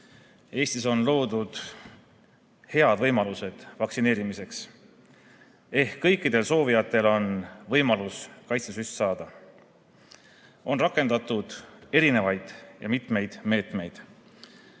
Eestis on loodud head võimalused vaktsineerimiseks, kõikidel soovijatel on võimalus kaitsesüst saada. On rakendatud erinevaid ja mitmeid meetmeid: